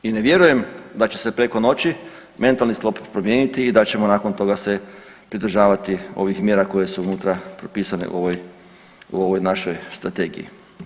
I ne vjerujem da će se preko noći mentalni sklop promijeniti i da ćemo nakon toga se pridržavati ovih mjera koje su unutra propisane u ovoj, u ovoj našoj strategiji.